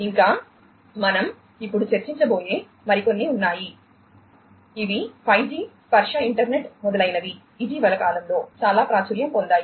ఇంకా మనం ఇప్పుడు చర్చించబోయే మరికొన్ని ఉన్నాయి ఇవి 5జి స్పర్శ ఇంటర్నెట్ మొదలైనవి ఇటీవలి కాలంలో చాలా ప్రాచుర్యం పొందాయి